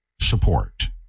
support